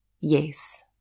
yes